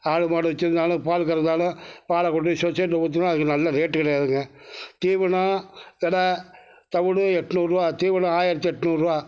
ஆடு மாடு வச்சுருந்தாலும் பால் கறந்தாலும் பாலை கொண்டு போய் சொசைட்யில் ஊற்றினா அதுக்கு நல்ல ரேட் கிடையாதுங்க தீவனம் தவிடு எண்நூறு ரூபா தீவனம் ஆயிரத்து எண்நூறு ரூபா